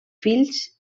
fills